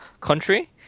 country